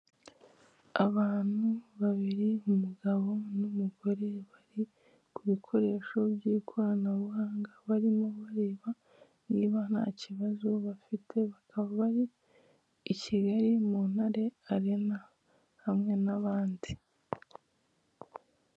Abantu babiri umugabo n'umugore bari ku bikoresho by'ikoranabuhanga barimo bareba niba nta kibazo bafite bakaba bari i Kigali mu ntare Arena hamwe n'abandi.